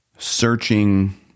searching